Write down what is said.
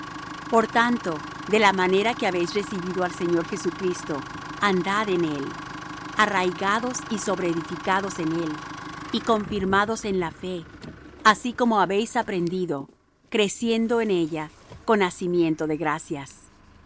por tanto de la manera que habéis recibido al señor jesucristo andad en él arraigados y sobreedificados en él y confirmados en la fe así como habéis aprendido creciendo en ella con hacimiento de gracias